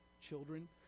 children